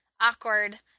awkward